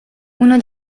uno